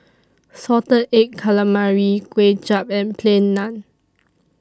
Salted Egg Calamari Kway Chap and Plain Naan